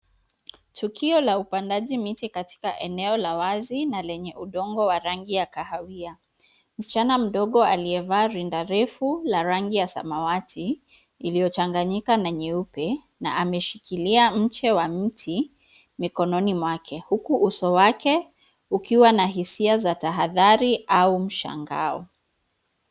Tukio la upandaji miti katika eneo la wazi na lenye udongo wa rangi ya kahawia. Msichana mdogo aliyevaa rinda refu la rangi ya samawati iliyochanganyika na nyeupe na ameshikilia mche wa mti mikononi mwake huku uso wake ukiwa na hisia za tahadhari au mshangao.